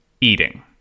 eating